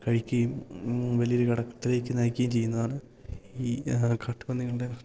കഴിക്കുകയും വലിയൊരു കടത്തിലേക്ക് നയിക്കുകയും ചെയ്യുന്നതാണ് ഈ കാട്ട് പന്നികളുടെ